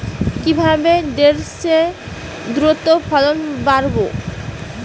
কিভাবে ঢেঁড়সের দ্রুত ফলন বাড়াব?